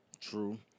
True